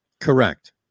correct